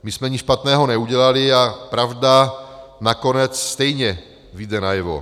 My jsme nic špatného neudělali a pravda nakonec stejně vyjde najevo.